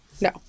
no